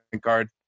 guard